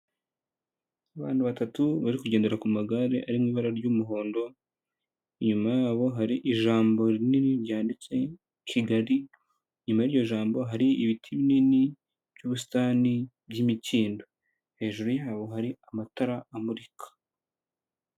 Abantu batatu bari kugendera ku magare ari mu ibara ry'umuhondo inyuma yabo hari ijambo rinini ryanditse Kigali inyuma y'iryo jambo hari ibiti binini by'ubusitani by'imikindo, hejuru yaho hari amatara amurika.